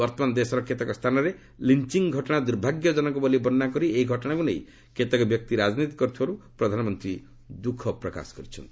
ବର୍ତ୍ତମାନ ଦେଶର କେତେକ ସ୍ଥାନରେ ଲିଞ୍ଚ୍ଚ ଘଟଣା ଦୁର୍ଭାଗ୍ୟଜନକ ବୋଲି ବର୍ଣ୍ଣନା କରି ଏହି ଘଟଣାକୁ ନେଇ କେତେକ ବ୍ୟକ୍ତି ରାଜନୀତି କରୁଥିବାରୁ ପ୍ରଧାନମନ୍ତ୍ରୀ ଦୃଃଖ ପ୍ରକାଶ କରିଛନ୍ତି